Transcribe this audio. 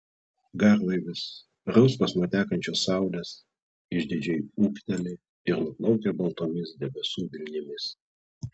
garlaivis rausvas nuo tekančios saulės išdidžiai ūkteli ir nuplaukia baltomis debesų vilnimis